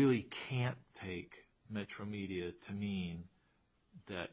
really can't take metromedia mean that